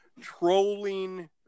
trolling